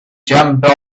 jump